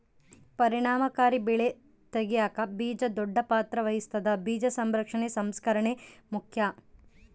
ಪರಿಣಾಮಕಾರಿ ಬೆಳೆ ತೆಗ್ಯಾಕ ಬೀಜ ದೊಡ್ಡ ಪಾತ್ರ ವಹಿಸ್ತದ ಬೀಜ ಸಂರಕ್ಷಣೆ ಸಂಸ್ಕರಣೆ ಮುಖ್ಯ